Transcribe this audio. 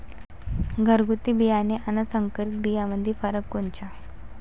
घरगुती बियाणे अन संकरीत बियाणामंदी फरक कोनचा?